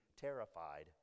terrified